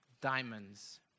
diamonds